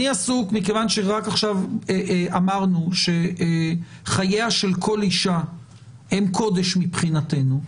מכיוון שרק עכשיו אמרנו שחייה של כל אישה הם קודש מבחינתנו,